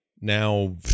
now